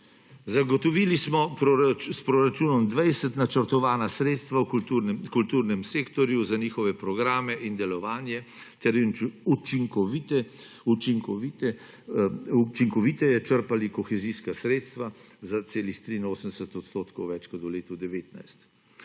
Zagotovili smo s proračunom 2020 načrtovana sredstva v kulturnem sektorju za njihove programe in delovanje ter učinkoviteje črpali kohezijska sredstva za celih 83 odstotkov več kot v letu 2019.